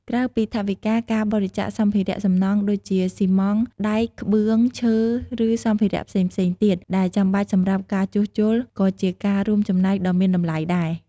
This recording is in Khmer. ក្រៅពីថវិកា ការបរិច្ចាគសម្ភារៈសំណង់ ដូចជា ស៊ីម៉ងត៍ ដែក ក្បឿង ឈើ ឬសម្ភារៈផ្សេងៗទៀតដែលចាំបាច់សម្រាប់ការជួសជុល ក៏ជាការរួមចំណែកដ៏មានតម្លៃដែរ។